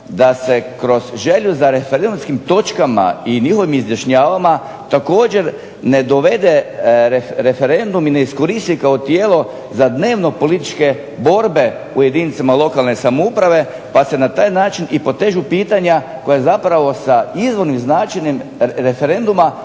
da se kroz želju za referendumskim točkama i njihovim izjašnjavanjem također ne dovede referendum i ne iskoristi kao tijelo za dnevno političke borbe u jedinicama lokalne samouprave pa se na taj način i potežu pitanja koja zapravo sa izvornim značenjem referenduma